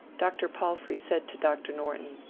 dr. palfrey said to dr. norton,